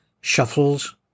Shuffles